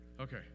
okay